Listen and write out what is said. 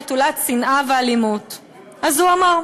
נטולת שנאה ואלימות"; אז הוא אמר.